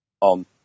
on